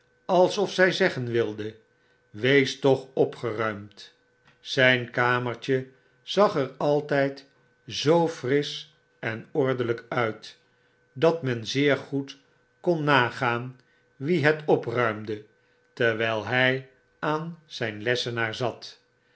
alsof zij zeggen wilde wees toch opgeruimd zyn kamertje zag er altyd zoo frisch en ordelyk uit dat men zeer goed kon nagaan wie het opruimde terwjjl hy aan zijn lessenaar zat